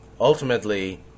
ultimately